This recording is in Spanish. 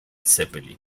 zeppelin